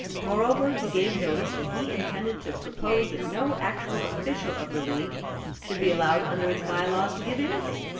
moreover he gave notice that he intended to propose that no actual official of the league should be allowed under its by-laws to give anything.